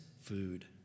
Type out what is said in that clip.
food